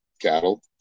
cattle